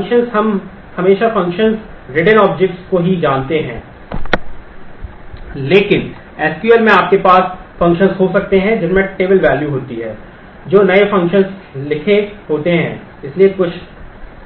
इसलिए और कुछ